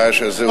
הרעש הזה,